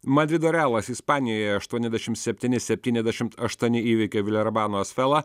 madrido realas ispanijoje aštuoniasdešim septyni septyniasdešim aštuoni įveikė vilerbano asvelą